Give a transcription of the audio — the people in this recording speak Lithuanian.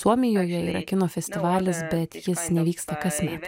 suomijoje yra kino festivalis bet jis nevyksta kasmet